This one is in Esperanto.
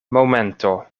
momento